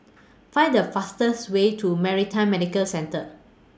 Find The fastest Way to Maritime Medical Centre